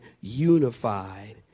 unified